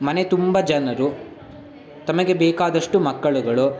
ಮನೆ ತುಂಬ ಜನರು ತಮಗೆ ಬೇಕಾದಷ್ಟು ಮಕ್ಕಳುಗಳು